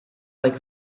like